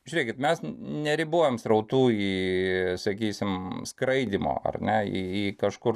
žiūrėkit mes neribojam srautų į sakysim skraidymo ar ne į kažkur